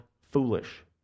foolish